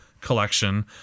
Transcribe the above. collection